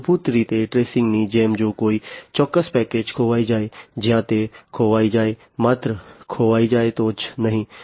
મૂળભૂત રીતે ટ્રેસિંગની જેમ જો કોઈ ચોક્કસ પેકેજ ખોવાઈ જાય જ્યાં તે ખોવાઈ જાય માત્ર ખોવાઈ જાય તો જ નહીં